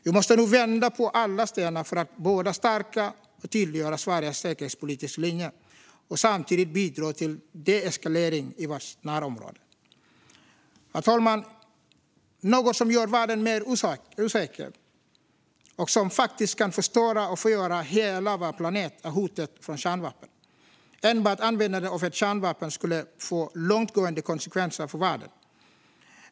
Vi måste nu vända på alla stenar för att både stärka och tydliggöra Sveriges säkerhetspolitiska linje och samtidigt bidra till deeskalering i vårt närområde. Herr talman! Något som gör världen mer osäker och som faktiskt kan förstöra och förgöra hela vår planet är hotet från kärnvapen. Enbart användandet av ett kärnvapen skulle få långtgående konsekvenser för världen.